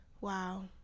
wow